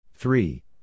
Three